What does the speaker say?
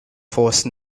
force